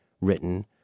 written